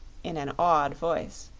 in an awed voice.